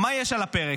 מה יש על הפרק?